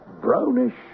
Brownish